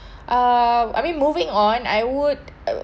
uh I mean moving on I would